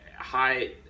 high